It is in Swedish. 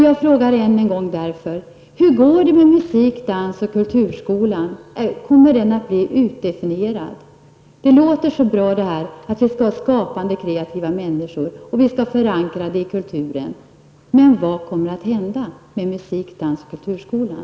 Jag frågar därför ännu en gång: Hur går det med musik-, dans och kulturskolan? Kommer den att bli utdefinierad? Allt tal om att vi skall ha skapande och kreativa människor och om en förankring i kulturen låter mycket bra. Men vad kommer alltså att hända med musik-, dans och kulturskolan?